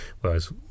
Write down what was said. whereas